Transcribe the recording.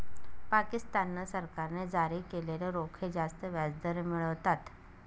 पाकिस्तान सरकारने जारी केलेले रोखे जास्त व्याजदर मिळवतात